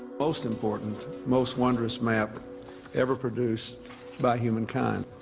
most important, most wondrous map ever produced by humankind.